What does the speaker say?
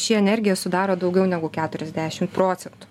ši energija sudaro daugiau negu keturiasdešimt procprocentų